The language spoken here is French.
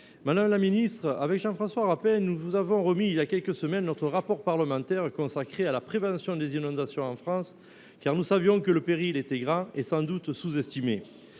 écologique, Jean François Rapin et moi même vous avons remis voilà quelques semaines notre rapport parlementaire consacré à la prévention des inondations en France. Nous savions que le péril était grand et sans doute sous estimé.